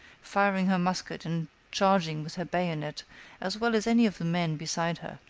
firing her musket and charging with her bayonet as well as any of the men beside her.